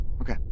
Okay